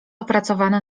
opracowany